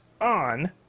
on